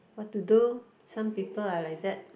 what to do some people are like that